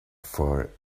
for